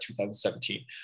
2017